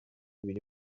بینی